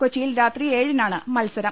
കൊച്ചിയിൽ രാത്രി ഏഴിനാണ് മത്സരം